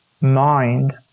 mind